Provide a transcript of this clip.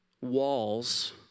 walls